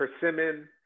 persimmon